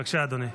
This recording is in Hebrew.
בבקשה, אדוני.